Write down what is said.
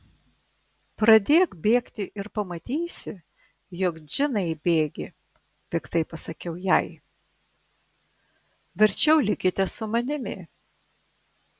pradėk bėgti ir pamatysi jog džinai bėgi piktai pasakiau jai verčiau likite su manimi